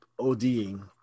ODing